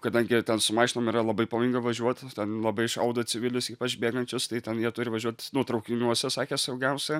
kadangi ten su mašinom yra labai pavojinga važiuot ten labai šaudo į civilius ypač bėgančius tai ten jie turi važiuot nu traukiniuose sakė saugiausia